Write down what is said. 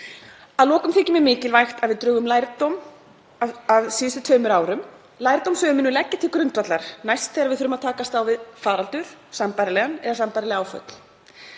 Að lokum þykir mér mikilvægt að við drögum lærdóm af síðustu tveimur árum, lærdóm sem við munum leggja til grundvallar næst þegar við þurfum að takast á við sambærilegan faraldur eða sambærileg áföll.